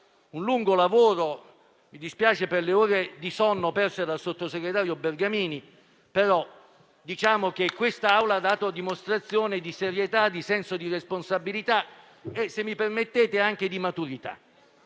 un lungo lavoro (mi dispiace per le ore di sonno perse dal sottosegretario Bergamini), quest'Assemblea ha dato dimostrazione di serietà, di senso di responsabilità e, se mi permettete, anche di maturità.